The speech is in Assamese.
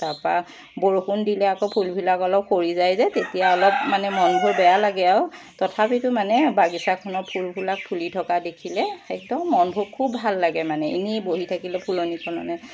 তাপা বৰষুণ দিলে আকৌ ফুলবিলাক অলপ সৰি যায় যে তেতিয়া অলপ মানে মনটো বেয়া লাগে আৰু তথাপিতো মানে বাগিচাখনৰ ফুলবিলাক ফুলি থকা দেখিলে একদম মনবোৰ খুব ভাল লাগে মানে এনেই বহি থাকিলে ফুলনিখনত